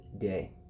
day